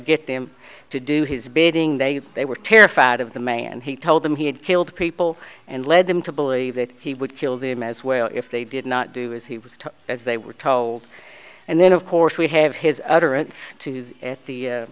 get them to do his bidding they they were terrified of the man he told them he had killed people and led them to believe that he would kill the him as well if they did not do as he was to as they were told and then of course we have his